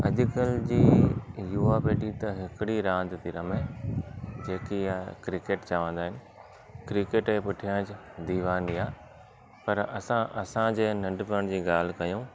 अॼुकल्ह जी युवा पीढ़ी त हिकिड़ी रांदि थी रमे जेकी आहे क्रिकेट चवंदा आहिनि क्रिकेट जे पुठियां ज दीवानी आहे पर असां असांजे नंढपण जी ॻाल्हि कयूं